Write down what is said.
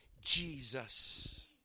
Jesus